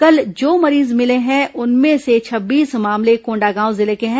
कल जो मरीज मिले हैं उनमें से छब्बीस मामले कोंडागांव जिले के हैं